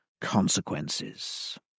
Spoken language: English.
consequences